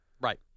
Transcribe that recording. Right